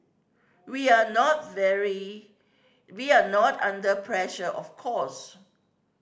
we are not very we are not under pressure of course